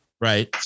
Right